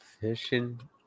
Fishing